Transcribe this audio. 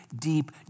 deep